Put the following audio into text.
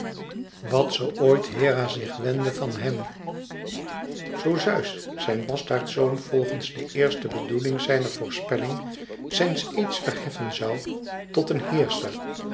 wat zoo ooit hera zich wendde van hèm zoo zeus zijn bastaardzoon volgens de eerste bedoeling zijner voorspelling zijns eeds verheffen zoû tot een heerscher